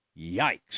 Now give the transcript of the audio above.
Yikes